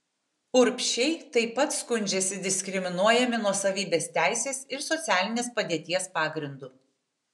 urbšiai taip pat skundžiasi diskriminuojami nuosavybės teisės ir socialinės padėties pagrindu